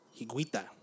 Higuita